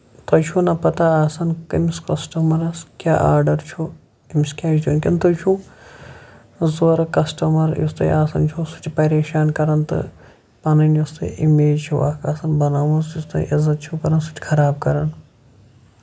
تۄہہِ چھُو نہ پَتہ آسان کٔمِس کَسٹمَرس کیاہ آرڈر چھُ کٔمِس کیٛاہ چھُ دِیُن تُہۍ چھُو زورٕ کَسٹمَر یُس تۄہہِ آسان چھُو سُہ چھُ پَریشان کران تہٕ پَنٕنۍ یۄس تۄہہِ اِمیج چھو اکھ آسان بَناوان سُہ عزتھ چھِو کران سُہ چھِ خراب کران